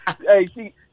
Hey